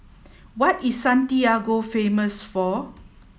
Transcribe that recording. what is Santiago famous for